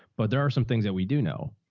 but there are some things that we do know.